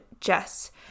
Jess